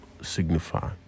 signify